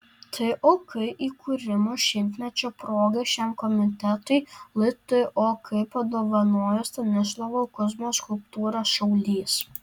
tok įkūrimo šimtmečio proga šiam komitetui ltok padovanojo stanislovo kuzmos skulptūrą šaulys